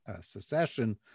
secession